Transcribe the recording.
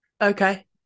Okay